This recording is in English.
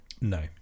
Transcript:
No